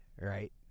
right